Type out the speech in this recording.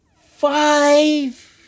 five